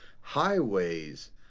highways